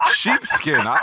sheepskin